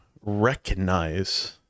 recognize